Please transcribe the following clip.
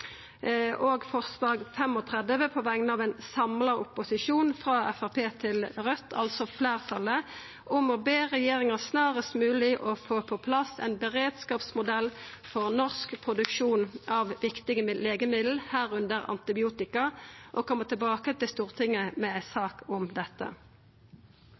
på vegner av ein samla opposisjon – frå Framstegspartiet til Raudt, altså fleirtalet – om å be regjeringa «snarest mulig få på plass en beredskapsmodell for norsk produksjon av viktige legemidler, herunder antibiotika, og komme tilbake til Stortinget med en sak om dette».